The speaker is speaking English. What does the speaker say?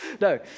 No